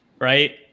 right